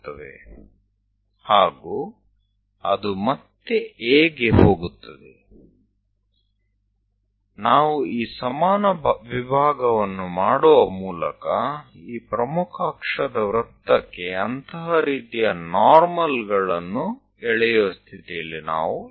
એ જ રીતે જો આપણે આ સમાન ભાગો પાડીને બનાવીએ તો તેનો અર્થ એમ છે કે આપણે મુખ્ય અક્ષના વર્તુળ માટે ખરેખરમાં આ પ્રકારના લંબ બનાવી શકીએ એવી સ્થિતિમાં આવીશું